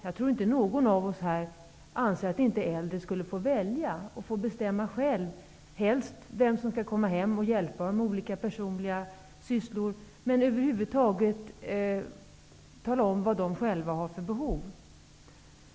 Jag tror inte någon av oss anser att äldre inte skulle få välja och om möjligt själva få bestämma vem som skall komma hem och hjälpa dem med olika personliga sysslor och själva tala om vad de har för olika behov.